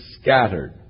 scattered